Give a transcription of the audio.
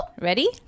ready